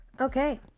okay